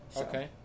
okay